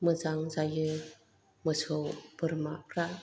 मोजां जायो मोसौ बोरमाफ्रा